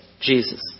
Jesus